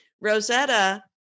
Rosetta